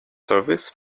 service